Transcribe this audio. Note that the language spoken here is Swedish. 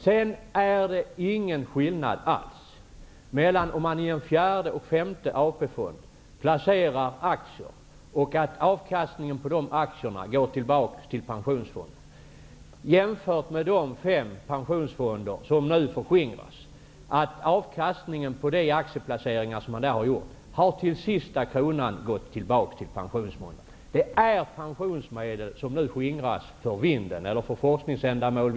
Det är ingen skillnad mellan om man i den fjärde och femte AP-fonden placerar aktier och avkastningen på dessa går tillbaka till pensionsfonderna eller om avkastningen på de aktieplaceringar som har gjorts inom ramen för de fem pensionsfonderna till sista kronan går tillbaka till pensionsfonderna. Det är pensionsmedlen som nu skingras för vinden -- visserligen för forskningsändamål.